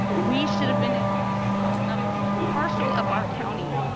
we should have been able open up partial of our county